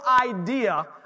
idea